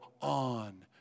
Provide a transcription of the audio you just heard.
on